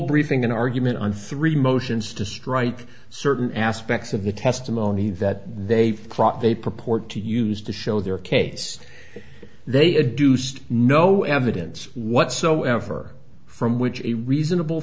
briefing an argument on three motions to strike certain aspects of the testimony that they feel they purport to use to show their case they a deuced no evidence whatsoever from which a reasonable